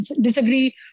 disagree